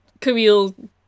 Camille